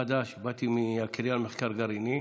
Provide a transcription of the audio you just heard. חדש, באתי מהקריה למחקר גרעיני,